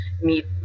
meet